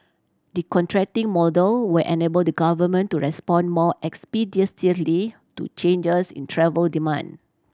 the contracting model will enable the Government to respond more expeditiously to changes in travel demand